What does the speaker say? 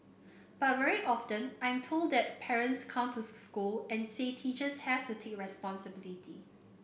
but very often I'm told that parents come to school and say teachers have to take responsibility